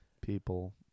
people